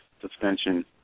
suspension